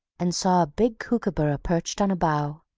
and saw a big kookooburra perched on a bough,